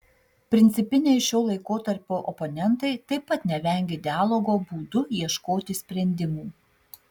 principiniai šio laikotarpio oponentai taip pat nevengė dialogo būdu ieškoti sprendimų